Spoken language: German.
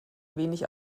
wenig